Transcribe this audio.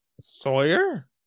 Sawyer